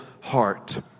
heart